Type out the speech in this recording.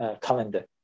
calendar